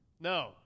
No